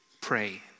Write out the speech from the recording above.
pray